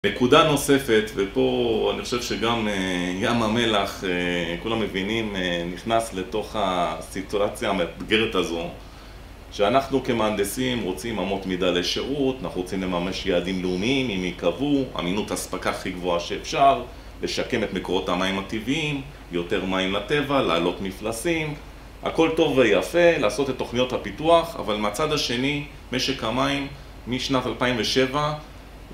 נקודה נוספת, ופה אני חושב שגם ים המלח, כולם מבינים, נכנס לתוך הסיטואציה המאתגרת הזו שאנחנו כמהנדסים רוצים אמות מידה לשירות, אנחנו רוצים לממש יעדים לאומיים, אם ייקבעו, אמינות הספקה הכי גבוהה שאפשר, לשקם את מקורות המים הטבעיים, יותר מים לטבע, לעלות מפלסים הכל טוב ויפה, לעשות את תוכניות הפיתוח, אבל מהצד השני, משק המים משנת 2007...